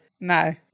no